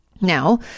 Now